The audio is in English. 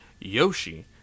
yoshi